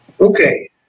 Okay